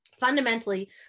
Fundamentally